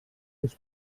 dels